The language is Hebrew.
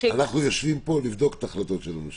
אנחנו יושבים פה לבדוק את ההחלטות של הממשלה.